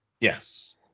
Yes